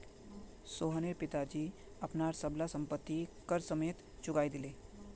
सोहनेर पिताजी अपनार सब ला संपति कर समयेत चुकई दिले